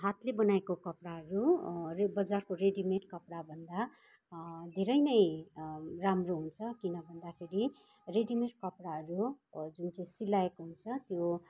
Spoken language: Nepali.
हातले बनाएको कपडाहरू र बजारको रेडिमेट कपडाभन्दा धेरै नै राम्रो हुन्छ किन भन्दाखेरि रेडिमेट कपडाहरू जुन चाहिँ सिलाएको हुन्छ त्यो